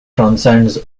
transcends